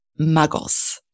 muggles